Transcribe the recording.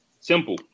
Simple